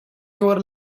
your